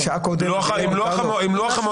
אתה יודע מתי הדבקת את המודעה על לוח המודעות?